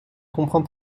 comprends